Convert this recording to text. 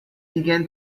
began